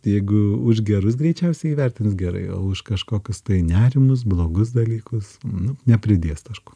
jeigu už gerus greičiausiai įvertins gerai o už kažkokius tai nerimus blogus dalykus nu nepridės taškų